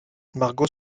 margot